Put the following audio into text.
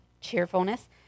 cheerfulness